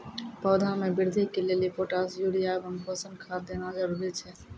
पौधा मे बृद्धि के लेली पोटास यूरिया एवं पोषण खाद देना जरूरी छै?